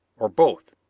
or both?